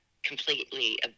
completely